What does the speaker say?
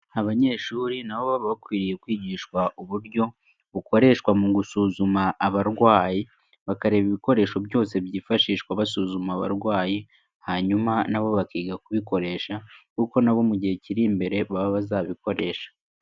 Abanyeshuri nabo baba bakwiriye kwigishwa uburyo bukoreshwa mu gusuzuma abarwayi, bakareba ibikoresho byose byifashishwa basuzuma abarwayi, hanyuma nabo bakiga kubikoresha kuko nabo mu gihe kiri imbere baba bazabikoresha.